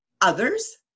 others